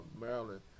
Maryland